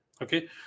Okay